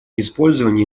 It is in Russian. использование